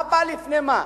מה בא לפני מה?